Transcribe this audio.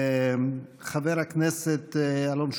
חבר הכנסת אלון שוסטר.